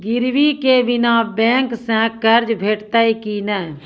गिरवी के बिना बैंक सऽ कर्ज भेटतै की नै?